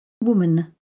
Woman